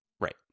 Right